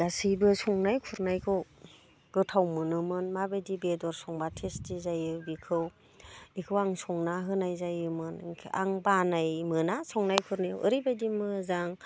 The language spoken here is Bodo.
गासिबो संनाय खुरनायखौ गोथाव मोनोमोन माबायदि बेदर संब्ला टेस्टि जायो बेखौ बेखौ आं संना होनाय जायोमोन आं बानाय मोना संनाय खुरनायाव ओरैबादि मोजां